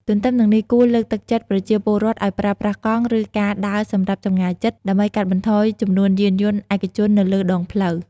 ទន្ទឹមនឹងនេះ គួរលើកទឹកចិត្តប្រជាពលរដ្ឋឱ្យប្រើប្រាស់កង់ ឬការដើរសម្រាប់ចម្ងាយជិត ដើម្បីកាត់បន្ថយចំនួនយានយន្តឯកជននៅលើដងផ្លូវ។